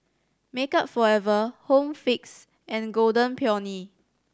Makeup Forever Home Fix and Golden Peony